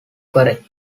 correct